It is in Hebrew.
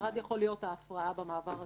המטרד יכול להיות הפרעה במעבר הציבורי,